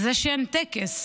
זה שאין טקס,